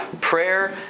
Prayer